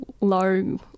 low